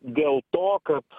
dėl to kad